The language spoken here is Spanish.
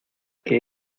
que